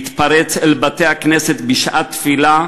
להתפרץ אל בתי-הכנסת בשעת תפילה,